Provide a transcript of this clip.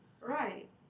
Right